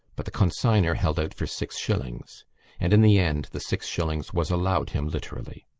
but the consignor held out for six shillings and in the end the six shillings was allowed him literally.